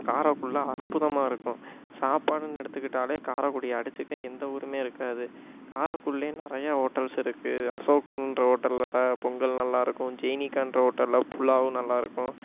காரைக்குடில அற்புதமாக இருக்கும் சாப்பாடுன்னு எடுத்துக்கிட்டாலே காரைக்குடிய அடித்துக்க எந்த ஊரும் இருக்காது காரைக்குடிலே நிறையா ஹோட்டல்ஸ் இருக்கு அசோக்குன்ற ஹோட்டலில் பொங்கல் நல்லா இருக்கும் ஜீனிகான்ற ஹோட்டலில் புலாவு நல்லா இருக்கும்